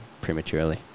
prematurely